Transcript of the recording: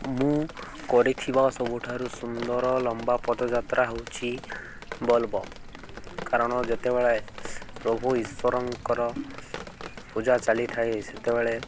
ମୁଁ କରିଥିବା ସବୁଠାରୁ ସୁନ୍ଦର ଲମ୍ବା ପଦଯାତ୍ରା ହଉଛି ବୋଲ୍ବମ୍ କାରଣ ଯେତେବେଳେ ପ୍ରଭୁ ଈଶ୍ୱରଙ୍କର ପୂଜା ଚାଲିଥାଏ ସେତେବେଳେ